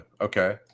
Okay